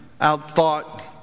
outthought